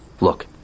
Look